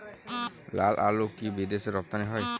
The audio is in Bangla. লালআলু কি বিদেশে রপ্তানি হয়?